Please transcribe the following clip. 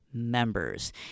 Members